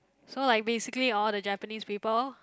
so like basically all the Japanese people